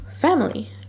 family